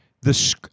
The-